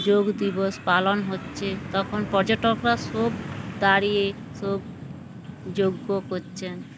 যোগ দিবস পালন হচ্ছে তখন পর্যটকরা সব দাঁড়িয়ে সব যজ্ঞ করছেন